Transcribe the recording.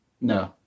No